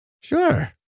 Sure